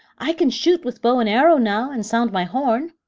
i can shoot with bow and arrow now, and sound my horn.